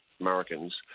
Americans